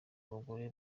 abagore